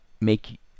make